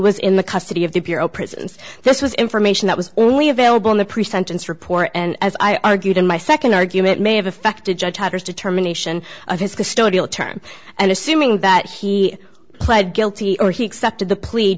was in the custody of the bureau prisons this was information that was only available in the pre sentence report and as i argued in my second argument may have affected judge titers determination of his custodial term and assuming that he pled guilty or he accepted the plea